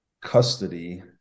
custody